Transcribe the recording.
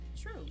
True